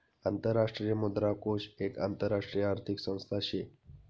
आंतरराष्ट्रीय मुद्रा कोष एक आंतरराष्ट्रीय आर्थिक संस्था शे